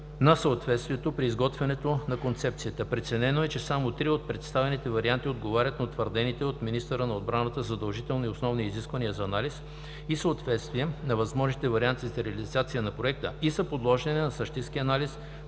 на съответствието при изготвянето на концепцията. Преценено е, че само 3 от представените варианти отговарят на утвърдените от министъра на отбраната Задължителни основни изисквания за анализ и съответствие на възможните варианти за реализация на проекта и са подложени на същински анализ